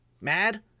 mad